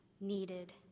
needed